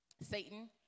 Satan